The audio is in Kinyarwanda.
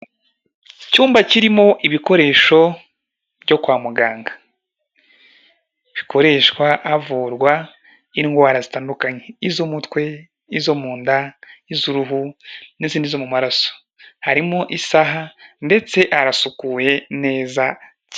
Icyumba kirimo ibikoresho byo kwa muganga, bikoreshwa havurwa indwara zitandukanye: iz'umutwe, izo mu nda, iz'uruhu, n'izindi zo mu maraso, harimo isaha ndetse harasukuye neza cyane.